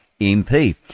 MP